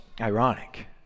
ironic